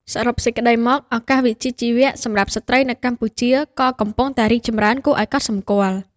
សរុបសេចក្តីមក ឱកាសវិជ្ជាជីវៈសម្រាប់ស្ត្រីនៅកម្ពុជាក៏កំពុងតែរីកចម្រើនគួរឱ្យកត់សម្គាល់។